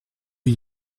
rue